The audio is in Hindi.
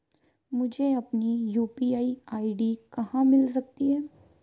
मुझे अपनी यू.पी.आई आई.डी कहां मिल सकती है?